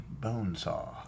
Bonesaw